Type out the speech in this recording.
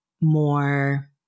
more